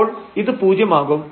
അപ്പോൾ ഇത് പൂജ്യം ആകും